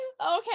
Okay